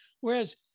Whereas